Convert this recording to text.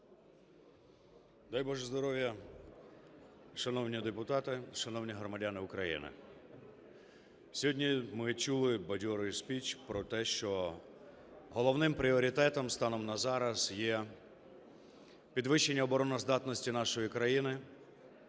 Дай Боже здоров'я, шановні депутати, шановні громадяни України! Сьогодні ми чули бадьорий спіч про те, що головним пріоритетом станом на зараз є підвищення обороноздатності нашої країни,